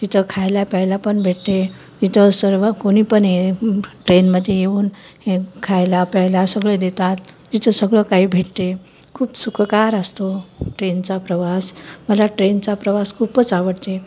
तिथं खायला प्यायला पण भेटते तिथं सर्व कोणी पण हे ट्रेनमध्ये येऊन खायला प्यायला सगळे देतात तिथं सगळं काही भेटते खूप सुखकार असतो ट्रेनचा प्रवास मला ट्रेनचा प्रवास खूपच आवडते